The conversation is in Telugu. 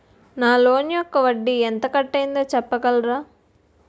నా లోన్ యెక్క వడ్డీ ఎంత కట్ అయిందో చెప్పగలరా?